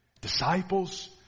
Disciples